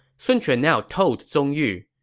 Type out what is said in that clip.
sun quan now told zong yu,